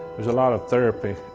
it was a lot of therapy,